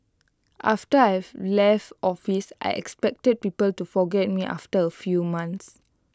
after I've left office I expected people to forget me after A few months